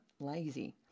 lazy